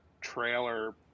trailer